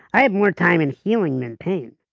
i have more time in healing than pain.